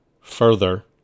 further